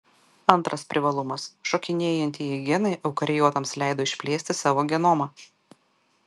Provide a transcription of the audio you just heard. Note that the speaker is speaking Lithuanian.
antras privalumas šokinėjantieji genai eukariotams leido išplėsti savo genomą